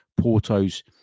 Porto's